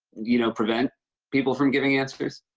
you know, prevent people from giving answers?